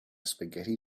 spaghetti